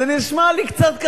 זה נשמע לי קצת כזה,